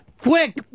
quick